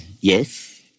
Yes